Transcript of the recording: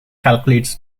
calculates